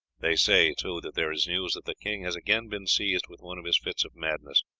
they say, too, that there is news that the king has again been seized with one of his fits of madness.